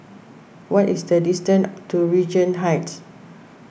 what is the distance to Regent Heights